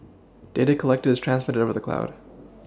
data collected is transmitted with the cloud